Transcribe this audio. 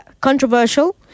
controversial